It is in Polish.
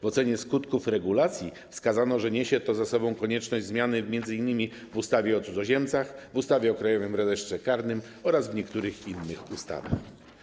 W ocenie skutków regulacji wskazano, że niesie to ze sobą konieczność zmiany m.in. w ustawie o cudzoziemcach, w ustawie o Krajowym Rejestrze Karnym oraz w niektórych innych ustawach.